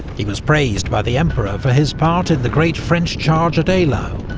he was praised by the emperor for his part in the great french charge at eylau,